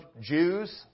Jews